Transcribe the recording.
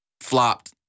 flopped